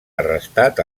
arrestat